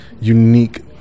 unique